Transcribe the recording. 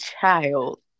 child